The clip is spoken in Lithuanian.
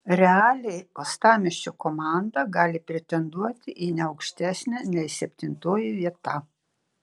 realiai uostamiesčio komanda gali pretenduoti į ne aukštesnę nei septintoji vieta